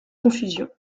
confusions